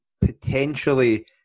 potentially